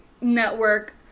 network